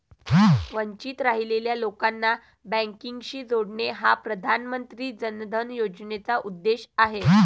वंचित राहिलेल्या लोकांना बँकिंगशी जोडणे हा प्रधानमंत्री जन धन योजनेचा उद्देश आहे